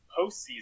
postseason